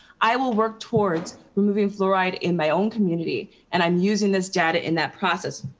i will work towards removing fluoride in my own community. and i'm using this data in that process.